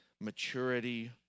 maturity